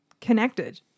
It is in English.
connected